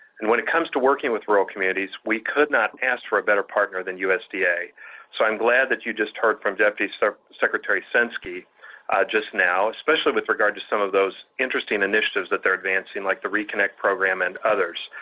and when it comes to working with rural communities, we could not ask for a better partner than usda, so i'm glad that you just heard from deputy so secretary censky just now, especially with regard to some of those interesting initiatives that they're advancing like the reconnect program and others.